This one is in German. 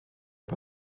bei